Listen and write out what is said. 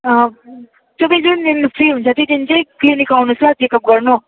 तपाईँ जुन दिन फ्री हुन्छ त्यो दिन चाहिँ क्लिनिक आउनु होस् ल चेक अप गर्नु